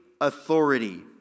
authority